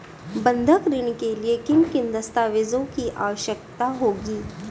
बंधक ऋण के लिए किन दस्तावेज़ों की आवश्यकता होगी?